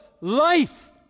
life